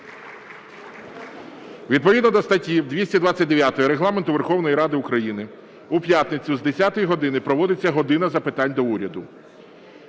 Відповідно до статті 229 Регламенту Верховної Ради України у п'ятницю з 10 години проводиться "година запитань до Уряду".